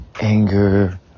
anger